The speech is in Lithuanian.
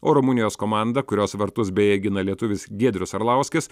o rumunijos komanda kurios vartus beje gina lietuvis giedrius arlauskis